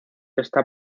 está